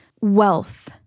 wealth